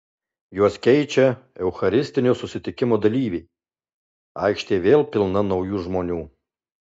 juos keičia eucharistinio susitikimo dalyviai aikštė vėl pilna naujų žmonių